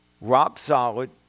Rock-solid